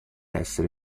essere